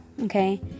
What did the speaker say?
okay